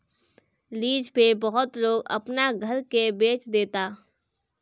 lease पे बहुत लोग अपना घर के बेच देता